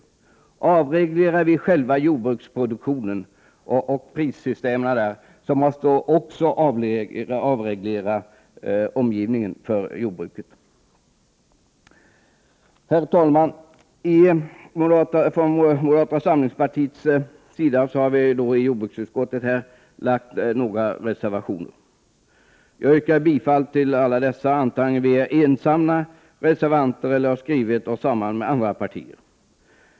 Om vi avreglerar själva jordbruksproduktionen och prissystemen där, måste vi också avreglera omgivningen för jordbruket. Herr talman! Från moderata samlingspartiet har vi till jordbruksutskottets betänkande avgett några reservationer. Jag yrkar bifall till alla dessa reservationer, oavsett om vi är ensamma reservanter eller har skrivit oss samman med andra partier.